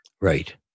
Right